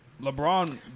LeBron